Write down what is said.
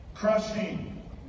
Crushing